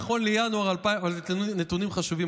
נכון לינואר 2018" אלה נתונים חשובים,